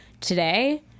today